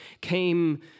came